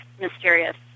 mysterious